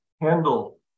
handle